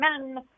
men